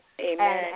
Amen